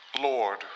Lord